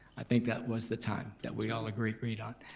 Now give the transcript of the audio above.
i think that was the time that we all agreed agreed on.